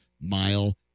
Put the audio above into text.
MILE